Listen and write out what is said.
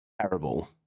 terrible